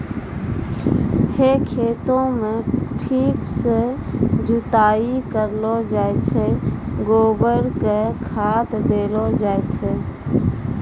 है खेतों म ठीक सॅ जुताई करलो जाय छै, गोबर कॅ खाद देलो जाय छै